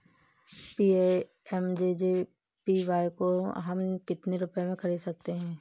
PMJJBY को हम कितने रुपयों में खरीद सकते हैं?